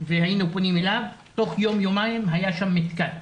והיינו פונים אליו בתוך יום יומיים היה שם מתקן.